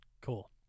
Cool